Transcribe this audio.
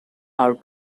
are